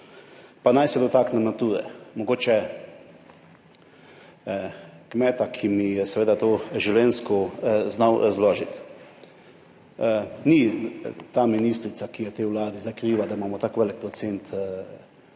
Pa naj se dotaknem Nature, mogoče kmeta, ki mi je seveda to življenjsko znal razložiti. Ni ta ministrica, ki je tej Vladi zakriva, da imamo tak velik procent območja